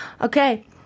Okay